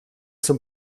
zum